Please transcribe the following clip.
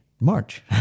march